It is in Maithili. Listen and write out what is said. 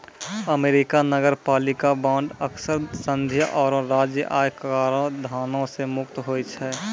अमेरिका नगरपालिका बांड अक्सर संघीय आरो राज्य आय कराधानो से मुक्त होय छै